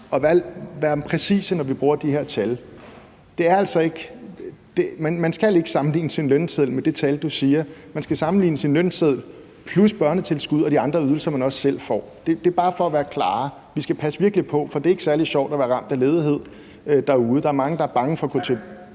at være præcise, når vi bruger de her tal. Man skal ikke sammenligne sin lønseddel med det tal, du siger. Man skal sammenligne det ved at se på sin lønseddel plus børnetilskud og de andre ydelser, man også selv får. Det er bare for at være klare, og vi skal passe virkelig på, for det er ikke særlig sjovt at være ramt af ledighed derude. Der er mange, der er bange for at gå til